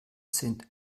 sind